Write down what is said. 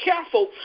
careful